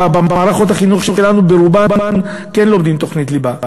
במערכות החינוך שלי ברובן כן לומדים תוכנית ליבה,